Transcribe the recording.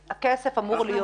אם כן, הכסף אמור להיות.